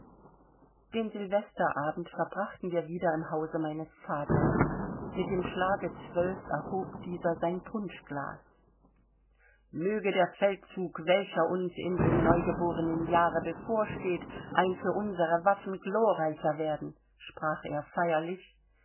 den sylvesterabend verbrachten wir wieder im hause meines vaters mit dem schlage zwölf erhob dieser sein punschglas möge der feldzug welcher uns in dem neugeborenen jahre bevorsteht ein für unsere waffen glorreicher werden sprach er feierlich